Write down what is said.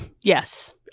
yes